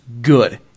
good